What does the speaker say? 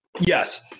Yes